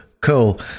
Cool